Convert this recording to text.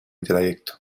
trayecto